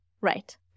Right